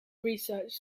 research